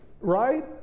right